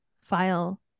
file